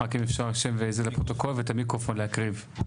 רק אם אפשר שם לפרוטוקול ואת המיקרופון לקרב,